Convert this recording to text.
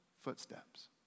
footsteps